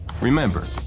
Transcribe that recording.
Remember